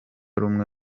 rumwe